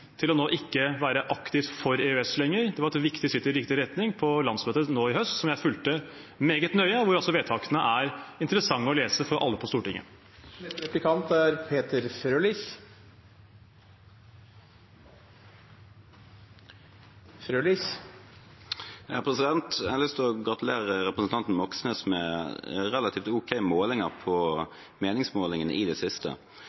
til nå ikke å være aktivt for EØS lenger. Det var et viktig skritt i riktig retning på landsmøtet nå i høst, som jeg fulgte meget nøye, og vedtakene er interessante å lese for alle på Stortinget. Jeg har lyst til å gratulere representanten Moxnes med relativt ok